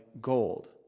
gold